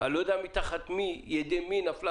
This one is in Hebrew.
אני לא יודע תחת ידי מי נפלה